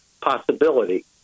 possibility